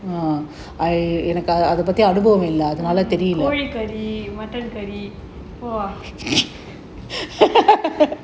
Koli curry mutton curry !wah!